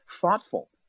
thoughtful